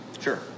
Sure